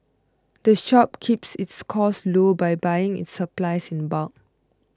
the shop keeps its costs low by buying its supplies in bulk